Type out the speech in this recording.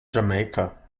jamaica